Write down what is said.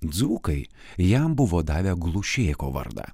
dzūkai jam buvo davę glušėko vardą